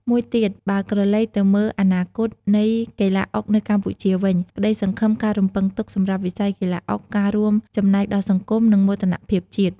មួយទៀត បើក្រឡេកទៅមើលអនាគតនៃកីឡាអុកនៅកម្ពុជាវិញ ក្តីសង្ឃឹមការរំពឹងទុកសម្រាប់វិស័យកីឡាអុក ការរួមចំណែកដល់សង្គម និងមោទនភាពជាតិ។